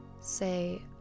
Say